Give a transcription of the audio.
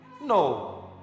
no